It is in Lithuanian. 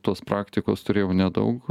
tos praktikos turėjau nedaug